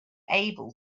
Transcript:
able